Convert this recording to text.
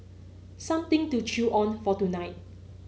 something to chew on for tonight